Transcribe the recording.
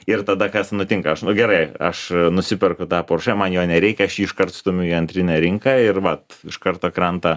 ir tada kas nutinka aš nu gerai aš nusiperku tą porsche man jo nereikia aš iškart stumiu į antrinę rinką ir vat iš karto krenta